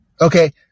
Okay